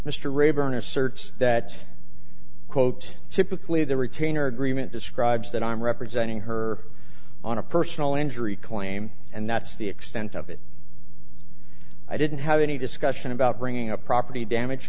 mr raeburn asserts that quote typically the retainer agreement describes that i'm representing her on a personal injury claim and that's the extent of it i didn't have any discussion about bringing up property damage